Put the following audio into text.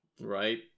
Right